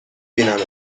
بینمت